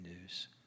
news